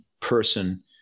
person